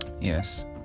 yes